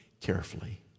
carefully